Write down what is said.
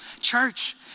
Church